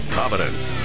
Providence